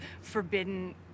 forbidden